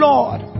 Lord